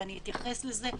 ואני אתייחס לזה,